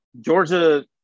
Georgia